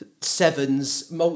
sevens